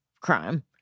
crime